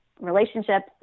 relationships